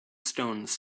stones